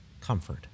comfort